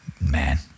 Man